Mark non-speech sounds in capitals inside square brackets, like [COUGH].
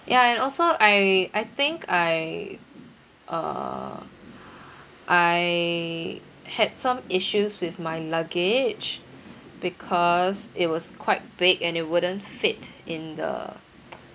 ya and also I I think I uh I had some issues with my luggage because it was quite big and it wouldn't fit in the [NOISE]